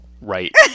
right